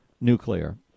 nuclear